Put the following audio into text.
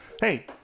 Hey